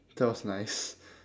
that was nice